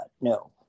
No